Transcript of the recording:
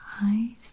eyes